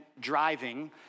driving